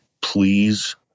Please